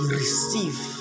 receive